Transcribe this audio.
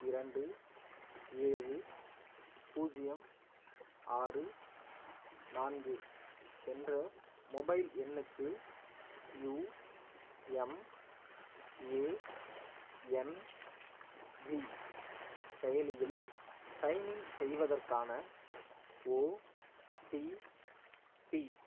இரண்டு ஏழு பூஜ்ஜியம் ஆறு நான்கு என்ற மொபைல் எண்ணுக்கு யுஎம்ஏஎன்ஜி செயலியில் சைன்இன் செய்வதற்கான ஒடிபி